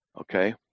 Okay